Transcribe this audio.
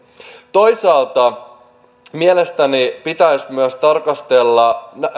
toisaalta mielestäni pitäisi myös tarkastella